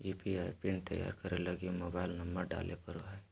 UPI PIN तैयार करे लगी मोबाइल नंबर डाले पड़ो हय